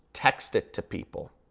text it to people,